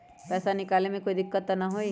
पैसा निकाले में कोई दिक्कत त न होतई?